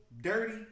dirty